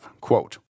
Quote